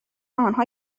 آنها